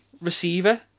receiver